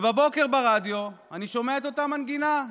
בבוקר ברדיו אני שומע את אותה מנגינה,